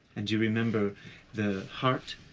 and you remember the heart,